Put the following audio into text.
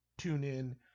TuneIn